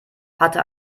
hatte